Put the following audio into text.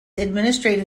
administrative